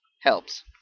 Helps